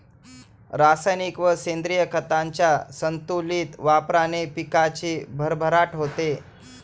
रासायनिक व सेंद्रिय खतांच्या संतुलित वापराने पिकाची भरभराट होते